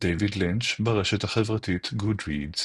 דייוויד לינץ', ברשת החברתית Goodreads